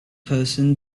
person